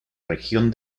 región